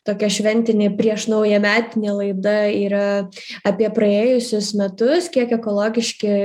tokia šventinė priešnaujametinė laida yra apie praėjusius metus kiek ekologiški